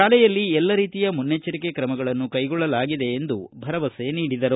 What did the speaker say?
ಶಾಲೆಯಲ್ಲಿ ಎಲ್ಲ ರೀತಿಯ ಮುನ್ನೆಚ್ಚರಿಕೆ ಕ್ರಮಗಳನ್ನು ಕೈಗೊಳ್ಳಲಾಗಿದೆ ಎಂದು ಭರವಸೆ ನೀಡಿದರು